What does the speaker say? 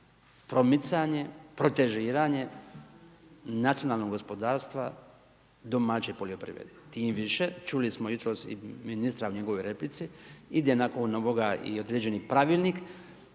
promicanje, protežiranje nacionalnog gospodarstva domaće poljoprivrede. Tim više, čuli smo jutros i ministra u njegovoj replici, ide nakon ovoga i određeni pravilnik